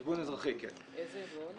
איזה ארגון?